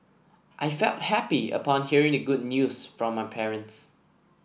I felt happy upon hearing the good news from my parents